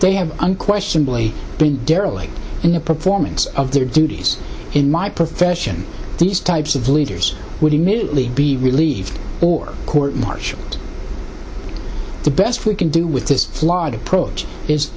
they have unquestionably been derelict in the performance of their duties in my profession these types of leaders would immediately be relieved or court martial the best we can do with this flawed approach is